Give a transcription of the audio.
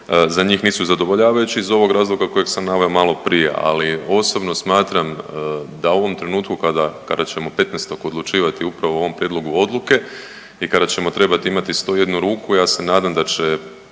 za njih nisu zadovoljavajući iz ovog razloga kojeg sam naveo maloprije, ali osobno smatram da u ovom trenutku kada ćemo 15. odlučivati upravo o ovom prijedlogu odluke i kada ćemo trebati imati 101 ruku, ja se nadam da će